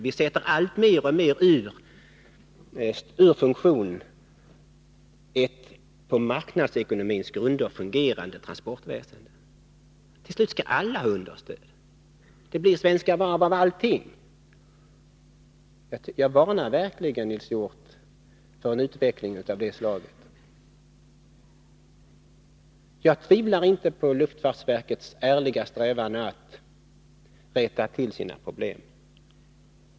Vi undanröjer alltmer grunderna för ett på marknadsekonomi baserat transportväsende. Till slut skallalla ha understöd. Det blir Svenska Varv av allting. Jag varnar verkligen Nils Hjorth för en utveckling av det slaget. Jag tvivlar inte på luftfartsverkets ärliga strävan att komma till rätta med sina problem.